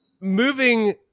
moving